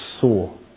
saw